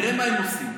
תראה מה הם עושים.